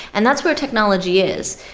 and that's where technology is.